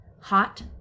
Hot